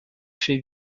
fait